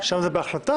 שם זה בהחלטה,